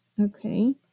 Okay